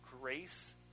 grace